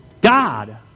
God